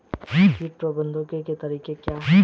कीट प्रबंधन के तरीके क्या हैं?